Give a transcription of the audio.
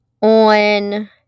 on